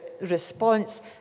response